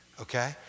okay